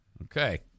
Okay